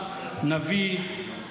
נביאים,